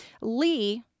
Lee